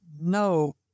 no